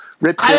Rip